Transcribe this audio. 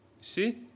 See